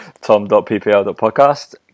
tom.ppl.podcast